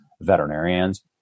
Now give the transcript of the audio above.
veterinarians